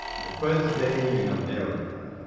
my first day in america.